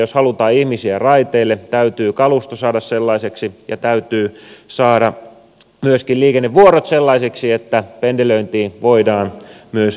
jos halutaan ihmisiä raiteille täytyy kalusto saada sellaiseksi ja täytyy saada myöskin liikennevuorot sellaisiksi että myös pendelöintiin voidaan rataa käyttää